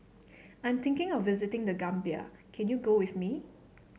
I am thinking of visiting The Gambia can you go with me